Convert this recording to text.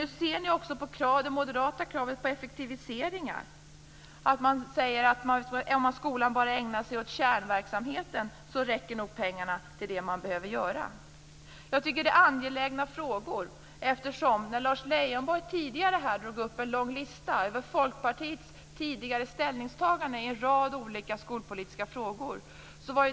Nu ser ni också det moderata kravet på effektiviseringar. Man säger att om skolan bara ägnar sig åt kärnverksamheten räcker nog pengarna till det man behöver göra. Jag tycker att det är angelägna frågor. Lars Leijonborg drog upp en lång lista över Folkpartiets tidigare ställningstaganden i en rad olika skolpolitiska frågor.